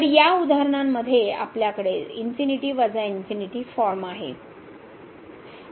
तर या उदाहरणांमध्ये आपल्याकडे फॉर्म आहे